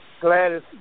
Gladys